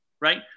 right